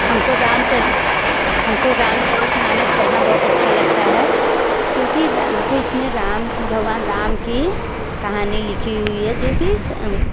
हम को रामचरि हम को रामचरित्र मानस पढ़ना बहुत अच्छा लगता है क्योंकि हम को इसमें राम भगवान राम की कहानी लिखी हुई है जो कि